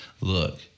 look